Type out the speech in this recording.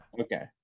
Okay